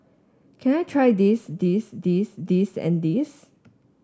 can I try this this this this and this